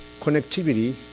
connectivity